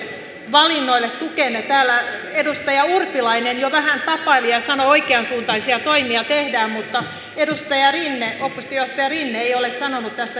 täällä edustaja urpilainen jo vähän tapaili ja sanoi että oikeansuuntaisia toimia tehdään mutta edustaja rinne oppositiojohtaja rinne ei ole sanonut tästä vielä sanaakaan